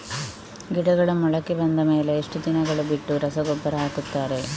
ಗಿಡಗಳು ಮೊಳಕೆ ಬಂದ ಮೇಲೆ ಎಷ್ಟು ದಿನಗಳು ಬಿಟ್ಟು ರಸಗೊಬ್ಬರ ಹಾಕುತ್ತಾರೆ?